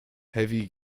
heavy